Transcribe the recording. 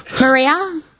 Maria